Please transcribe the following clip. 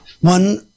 one